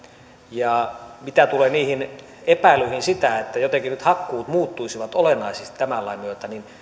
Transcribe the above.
ja mitä tulee niihin epäilyihin siitä että jotenkin nyt hakkuut muuttuisivat olennaisesti tämän lain myötä